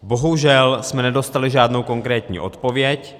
Bohužel jsme nedostali žádnou konkrétní odpověď.